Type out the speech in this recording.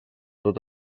tot